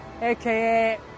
aka